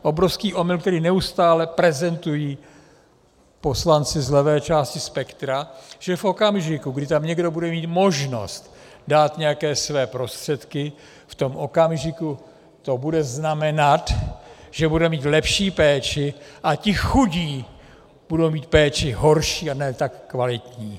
Obrovský omyl, který neustále prezentují poslanci z levé části spektra, že v okamžiku, kdy tam někdo bude mít možnost dát nějaké své prostředky, v tom okamžiku to bude znamenat, že bude mít lepší péči a ti chudí budou mít péči horší a ne tak kvalitní.